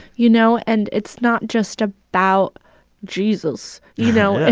you know? and it's not just ah about jesus, you know?